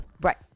right